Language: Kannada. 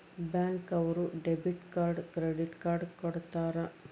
ಬ್ಯಾಂಕ್ ಅವ್ರು ಡೆಬಿಟ್ ಕಾರ್ಡ್ ಕ್ರೆಡಿಟ್ ಕಾರ್ಡ್ ಕೊಡ್ತಾರ